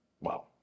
Wow